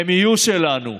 הם יהיו שלנו.